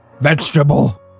vegetable